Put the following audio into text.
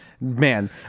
man